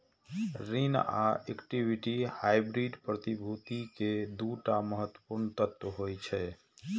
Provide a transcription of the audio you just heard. ऋण आ equity hybrid प्रतिभूति के दू टा महत्वपूर्ण तत्व होइ छै